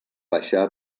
baixar